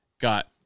got